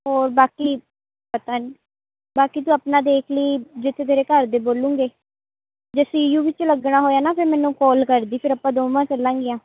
ਔਰ ਬਾਕੀ ਪਤਾ ਨਹੀਂ ਬਾਕੀ ਤੂੰ ਆਪਣਾ ਦੇਖ ਲੀਂ ਜਿੱਥੇ ਤੇਰੇ ਘਰ ਦੇ ਬੋਲੂਗੇ ਜੇ ਸੀ ਯੂ ਵਿੱਚ ਲੱਗਣਾ ਹੋਇਆ ਨਾ ਫਿਰ ਮੈਨੂੰ ਕੋਲ ਕਰਦੀ ਫਿਰ ਆਪਾਂ ਦੋਵਾਂ ਚੱਲਾਂਗੀਆਂ